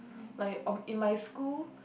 like um in my school